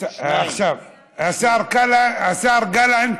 השר גלנט,